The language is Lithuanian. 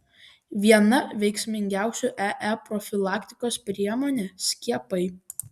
viena veiksmingiausių ee profilaktikos priemonė skiepai